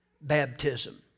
baptism